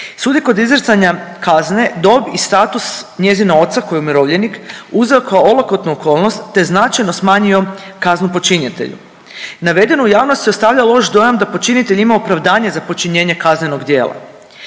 Sud je kod izricanja kazne i status njezina oca koji je umirovljenik uzeo kao olakotnu okolnost te značajno smanjio kaznu počinitelju. Navedeno u javnosti ostavlja loš dojam da počinitelj ima opravdanje za počinjenje kaznenog djela.